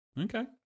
Okay